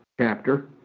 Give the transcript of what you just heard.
chapter